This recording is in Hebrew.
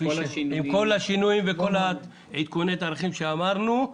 עם כל השינויים וכל עדכוני התאריכים שאמרנו.